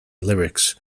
lyrics